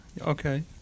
Okay